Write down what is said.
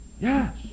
Yes